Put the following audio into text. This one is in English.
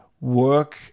work